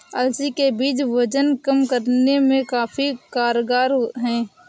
अलसी के बीज वजन कम करने में काफी कारगर है